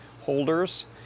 holders